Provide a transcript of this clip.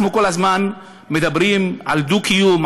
אנחנו כל הזמן מדברים על דו-קיום,